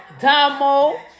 Damo